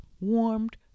warmed